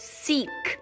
seek